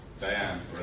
Diane